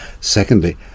Secondly